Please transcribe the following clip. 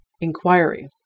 inquiry